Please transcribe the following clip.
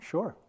Sure